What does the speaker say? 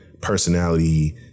personality